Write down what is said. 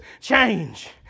change